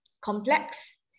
complex